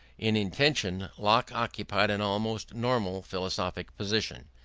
in intention locke occupied an almost normal philosophic position,